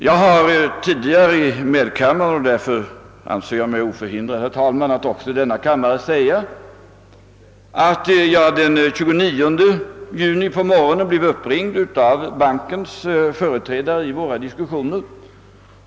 Jag har tidigare i medkammaren omtalat — och därför anser jag mig, herr talman, oförhindrad att göra det också i denna kammare att jag den 29 juni på morgonen blev uppringd av den som varit bankens företrädare i våra dis kussioner.